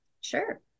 sure